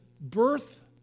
birth